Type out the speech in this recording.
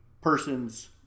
person's